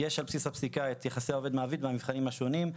יש על בסיס הפסיקה את יחסי העובד מעביד והמבחנים השונים,